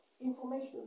Information